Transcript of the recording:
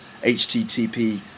http